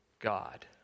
God